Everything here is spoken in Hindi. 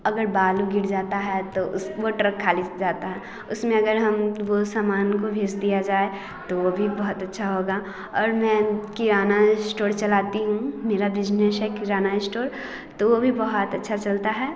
अगर बालू गिर जाता है तो उस वो ट्रक खाली जाता है उसमें अगर हम वो सामान को भेज दिया जाए तो वो भी बहुत अच्छा होगा और मैं किराना स्टोर चलाती हूँ मेरा बिजनेश है किराना स्टोर तो वो भी बहुत अच्छा चलता है